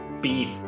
Beef